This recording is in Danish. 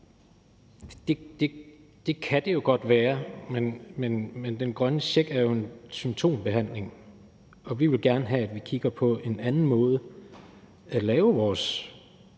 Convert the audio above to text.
Det kan det jo godt være. Men den grønne check er jo en symptombehandling, og vi vil gerne have, at man kigger på en anden måde at lave